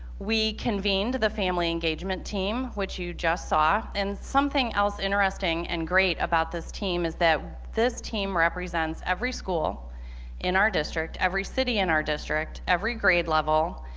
we convened the family engagement team, which you just saw, and something else interesting and great about this team is that this team represents every school in our district, every city in our district, every grade level,